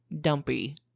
dumpy